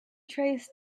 trace